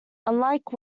unlike